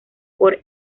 por